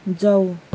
जाऊ